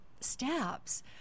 steps